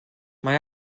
mae